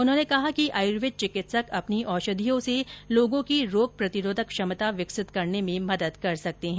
उन्होंने कहा कि आयुर्वेद चिकित्सक अपनी औषधियों से लोगों की रोग प्रतिरोधक क्षमता विकसित करने में मदद कर सकते हैं